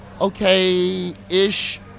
Okay-ish